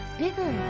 bigger